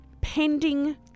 pending